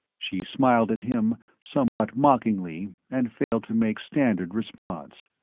she smiled at him, somewhat mockingly, and failed to make standard response.